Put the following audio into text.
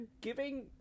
giving